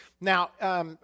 Now